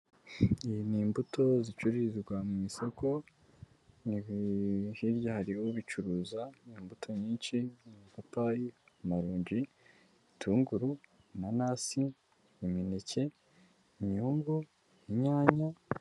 Ni imbuto zicururizwa mu isoko ni hirya hariho ubicuruza imbuto nyinshi mu mapapayi, amarunji, ibitunguru inanasi, imineke, inyungu, inyanya.